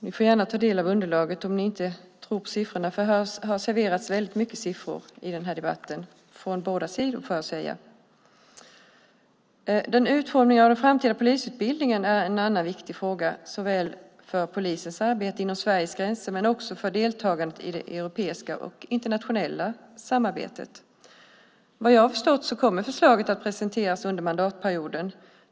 Ni får gärna ta del av underlaget om ni inte tror på siffrorna. Det har serverats väldigt mycket siffror i debatten från båda sidor. Utformningen av den framtida polisutbildningen är en annan viktig fråga såväl för polisens arbete inom Sveriges gränser som för deltagandet inom det europeiska och internationella samarbetet. Vad jag har förstått kommer förslaget att presenteras under mandatperioden.